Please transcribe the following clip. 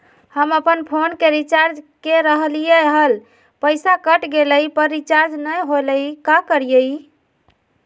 हम अपन फोन के रिचार्ज के रहलिय हल, पैसा कट गेलई, पर रिचार्ज नई होलई, का करियई?